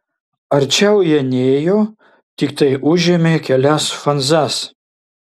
arčiau jie nėjo tiktai užėmė kelias fanzas